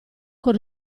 con